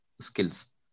skills